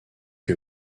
que